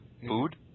Food